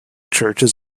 churches